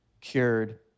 cured